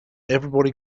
everyone